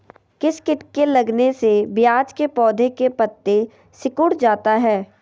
किस किट के लगने से प्याज के पौधे के पत्ते सिकुड़ जाता है?